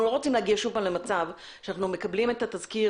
לא רוצים להגיע שוב פעם למצב שאנחנו מקבלים את התזכיר,